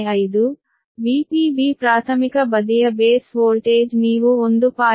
05 VpB ಪ್ರಾಥಮಿಕ ಬದಿಯ base voltage ನೀವು 1